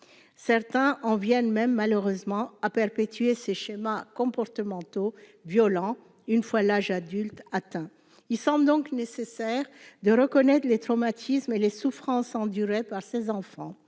certains en viennent même malheureusement à perpétuer ces schémas comportementaux violent, une fois l'âge adulte atteint, il semble donc nécessaire de reconnaître les traumatismes et les souffrances endurées par ces enfants